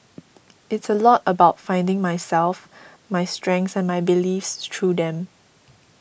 it's a lot about finding myself my strengths and my beliefs through them